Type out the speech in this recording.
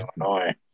Illinois